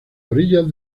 orillas